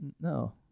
no